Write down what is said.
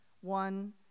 one